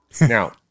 Now